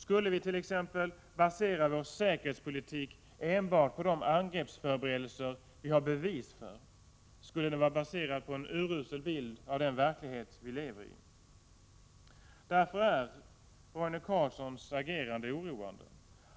Skulle vi t.ex. basera vår säkerhetspolitik enbart på de angreppsförberedelser vi har bevis för, skulle den vara baserad på en urusel bild av den verklighet vi lever i. Därför är Roine Carlssons agerande oroande.